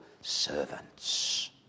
servants